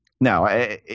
No